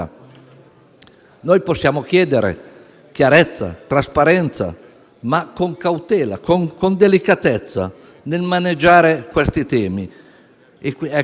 Noi possiamo chiedere chiarezza e trasparenza, ma con cautela e con delicatezza nel maneggiare questi temi.